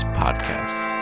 podcasts